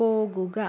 പോകുക